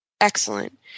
Excellent